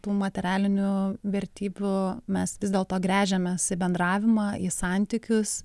tų materialinių vertybių mes vis dėlto gręžiamės bendravimą į santykius